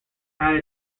had